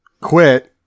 quit